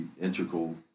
integral